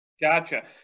Gotcha